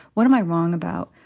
what am i wrong about?